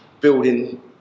building